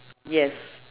yes